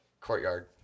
courtyard